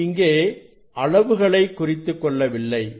நான் இங்கே அளவுகளை குறித்துக் கொள்ளவில்லை